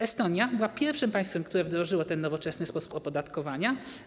Estonia była pierwszym państwem, które wdrożyło ten nowoczesny sposób opodatkowania.